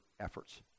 efforts